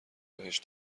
بهش